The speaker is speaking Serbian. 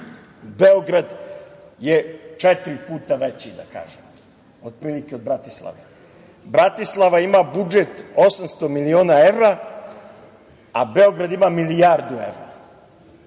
Beograd je četiri puta veći otprilike od Bratislave. Bratislava ima budžet 800 miliona evra, a Beograd ima milijardu evra,